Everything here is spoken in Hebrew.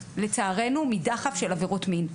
לצערנו, מדחף של עבירות מין.